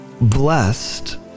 blessed